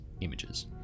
images